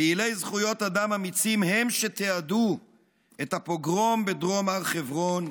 פעילי זכויות אדם אמיצים הם שתיעדו את הפוגרום בדרום הר חברון,